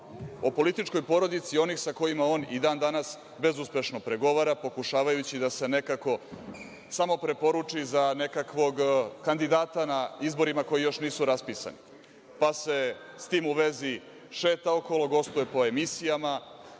o političkoj porodici onih sa kojima on i dan danas bezuspešno pregovara, pokušavajući da se nekako samopreporuči za nekakvog kandidata na izborima koji još nisu raspisani. Pa, se sa tim u vezi šeta okolo, gostuje po emisijama.